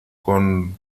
con